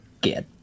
get